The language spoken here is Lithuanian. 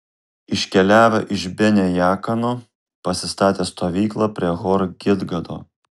iškeliavę iš bene jaakano pasistatė stovyklą prie hor gidgado